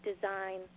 design